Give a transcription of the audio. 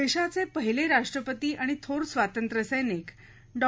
देशाचे पहिले राष्ट्रपती आणि थोर स्वातंत्र सैनिक डॉ